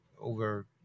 over